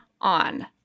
on